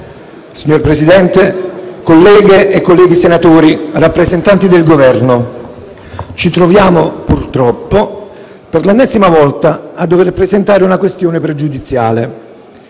Signor Presidente, colleghe e colleghi senatori, rappresentanti del Governo, ci troviamo purtroppo per l'ennesima volta a dover presentare una questione pregiudiziale.